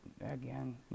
again